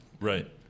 right